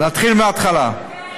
להתחיל מהתחלה?